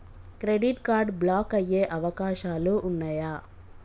Credit card block అయ్యే అవకాశాలు ఉన్నయా?